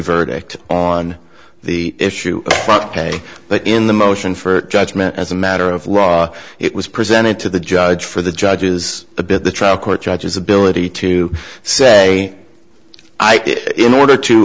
verdict on the issue ok but in the motion for judgment as a matter of law it was presented to the judge for the judge is a bit the trial court judges ability to say in order